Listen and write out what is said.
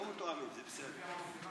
לא מתואמים, זה בסדר.